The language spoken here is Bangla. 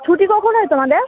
ছুটি কখন হয় তোমাদের